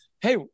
hey